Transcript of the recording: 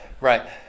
Right